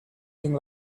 thing